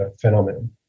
phenomenon